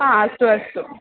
हा अस्तु अस्तु